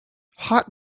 hot